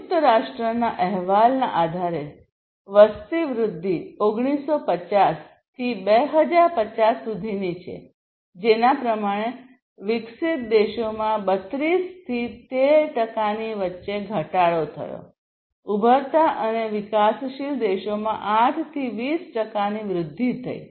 સંયુક્ત રાષ્ટ્રના અહેવાલના આધારે વસ્તી વૃદ્ધિ 1950 થી 2050 સુધીની છે જેના પ્રમાણે વિકસિત દેશોમાં 32 થી 13 ટકાની વચ્ચે ઘટાડો થયો ઉભરતા અને વિકાસશીલ દેશોમાં 8 થી 20 ટકાની વૃદ્ધિ થઈ